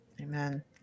Amen